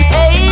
Hey